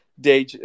day